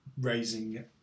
raising